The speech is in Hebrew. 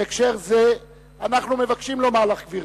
בהקשר זה אנחנו מבקשים לומר לך, גברתי,